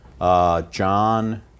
John